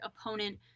opponent